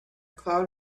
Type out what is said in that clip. cloud